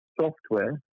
software